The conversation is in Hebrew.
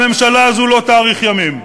הממשלה הזאת לא תאריך ימים.